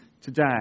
today